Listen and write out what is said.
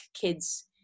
kids